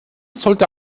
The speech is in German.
sollte